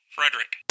Frederick